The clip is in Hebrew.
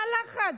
מה הלחץ?